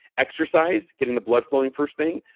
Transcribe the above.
exercise getting the blood flowing first thing.